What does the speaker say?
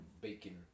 bacon